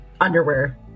underwear